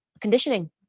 Conditioning